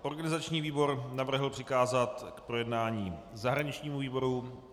Organizační výbor navrhl přikázat k projednání zahraničnímu výboru.